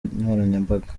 nkoranyambaga